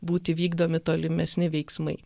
būti vykdomi tolimesni veiksmai